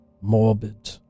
morbid